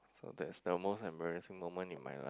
so that's the most embarrassing moment in my life